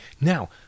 Now